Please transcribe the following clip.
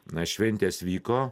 na šventės vyko